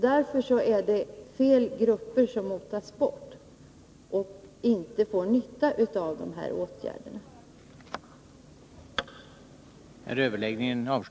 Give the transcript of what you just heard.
Därför är det fel grupper som motas bort, varvid de inte får någon nytta av de åtgärder som vidtas.